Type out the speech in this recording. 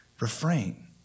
Refrain